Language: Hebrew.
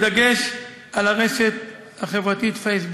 בדגש על הרשת החברתית פייסבוק.